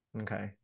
Okay